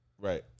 right